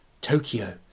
Tokyo